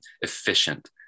efficient